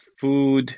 food